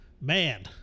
man